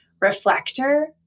reflector